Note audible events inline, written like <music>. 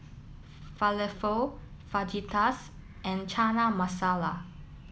<unintelligible> falafel Fajitas and Chana Masala